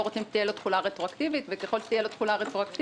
רוצים שתהיה לו תחולה רטרואקטיבית, וככל שתהיה לו תחולה רטרואקטיבית